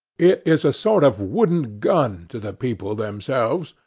it is a sort of wooden gun to the people themselves.